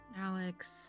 Alex